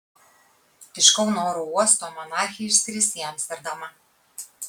iš kauno oro uosto monarchė išskris į amsterdamą